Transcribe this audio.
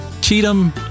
Cheatham